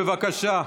בבקשה.